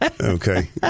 Okay